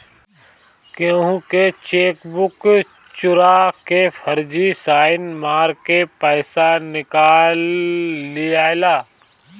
केहू के चेकबुक चोरा के फर्जी साइन मार के पईसा निकाल लियाला